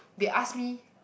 they ask me